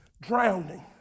drowning